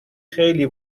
خیلی